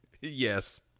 Yes